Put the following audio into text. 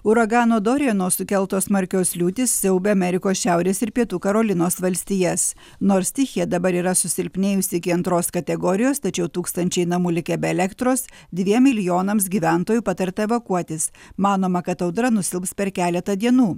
uragano doriano sukeltos smarkios liūtys siaubia amerikos šiaurės ir pietų karolinos valstijas nors stichija dabar yra susilpnėjusi iki antros kategorijos tačiau tūkstančiai namų likę be elektros dviem milijonams gyventojų patarta evakuotis manoma kad audra nusilps per keletą dienų